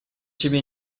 ciebie